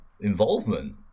involvement